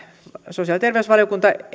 sosiaali ja terveysvaliokunta